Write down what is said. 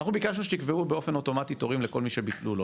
אנחנו ביקשנו שתקבעו באופן אוטומטי תורים לכל מי שביטלו לו.